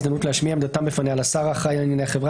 הזדמנות להשמיע עמדתה בפניה לשר האחראי על ענייני החברה